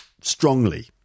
strongly